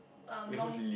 um wrong